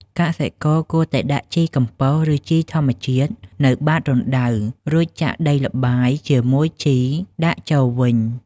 កសិករគួរតែដាក់ជីកំប៉ុស្ត ឬជីធម្មជាតិនៅបាតរណ្ដៅ រួចចាក់ដីលាយជាមួយជីដាក់ចូលវិញ។